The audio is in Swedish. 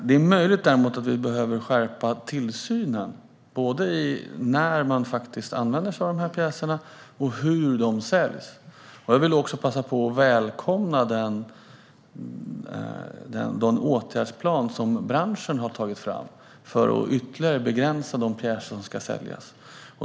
Det är dock möjligt att vi behöver skärpa tillsynen, både vad gäller när man använder sig av dessa pjäser och hur de säljs. Jag välkomnar den åtgärdsplan som branschen har tagit fram för att ytterligare begränsa de pjäser som ska säljas.